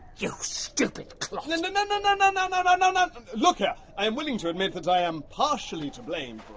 you stupid clot. and now and and and and now and now look here. i am willing to admit that i am partially to blame